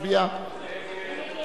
ההסתייגות של קבוצת רע"ם-תע"ל לסעיף 1